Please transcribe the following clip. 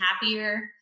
happier